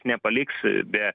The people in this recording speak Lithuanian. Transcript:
nepaliks be